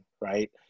right